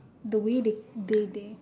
the way they they